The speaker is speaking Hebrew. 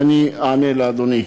ואני אענה לאדוני: